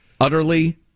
Utterly